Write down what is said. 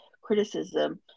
criticism